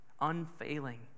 unfailing